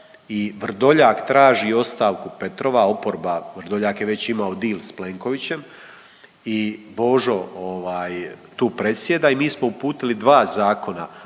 I Vrdoljak traži ostavku Petrova, oporba, Vrdoljak je već imao deal sa Plenkovićem i Božo tu predsjeda i mi smo uputili dva zakona.